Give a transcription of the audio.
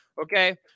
okay